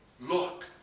Look